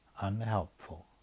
unhelpful